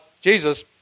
Jesus